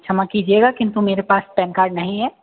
क्षमा कीजिएगा किन्तु मेरे पास प्यान कार्ड नहीं है